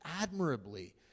admirably